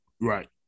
Right